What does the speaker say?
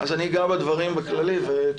אגע בדברים בכללי.